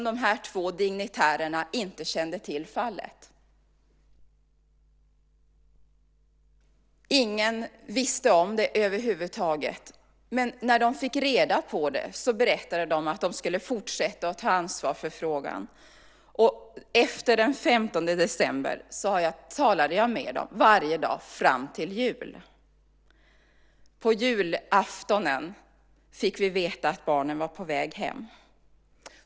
De här två dignitärerna kände inte till fallet. Ingen visste om det över huvud taget. Men när de fick reda på det berättade de att de skulle fortsätta att ta ansvar för frågan. Och efter den 15 december talade jag med dem varje dag fram till jul. På julaftonen fick vi veta att barnen var på väg hem.